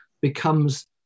becomes